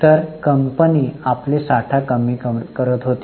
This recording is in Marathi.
तर कंपनी आपले साठा कमी करत होती